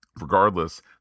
Regardless